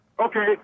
Okay